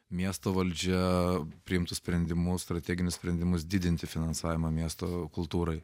miesto valdžia priimtų sprendimus strateginius sprendimus didinti finansavimą miesto kultūrai